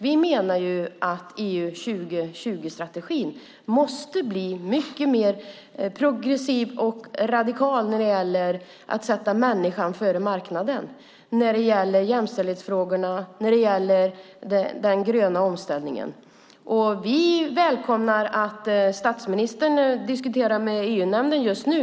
Vi menar att EU 2020-strategin måste bli mycket mer progressiv och radikal när det gäller att sätta människan före marknaden, när det gäller jämställdhetsfrågorna och när det gäller den gröna omställningen. Vi välkomnar att statsministern diskuterar med EU-nämnden just nu.